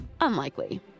unlikely